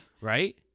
Right